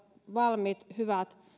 valmiit hyvät